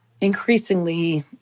increasingly